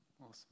Awesome